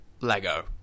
Lego